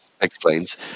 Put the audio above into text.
explains –